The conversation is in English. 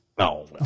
No